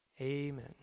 Amen